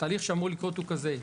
התהליך שאמור לקרות הוא כזה,